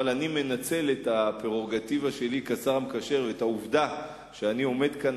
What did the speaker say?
אבל אני מנצל את הפררוגטיבה שלי כשר המקשר ואת העובדה שאני עומד כאן